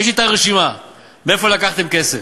יש לי הרשימה מאיפה לקחתם כסף.